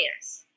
yes